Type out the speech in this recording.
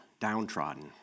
downtrodden